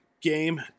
game